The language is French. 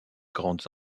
grandes